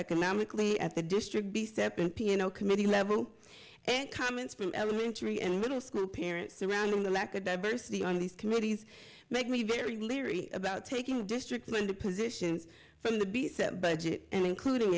economically at the district be separate piano committee level and comments from elementary and middle school parents around the lack of diversity on these committees makes me very leery about taking the district when the positions from the be set budget and including